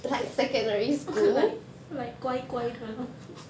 like like 乖乖的 lor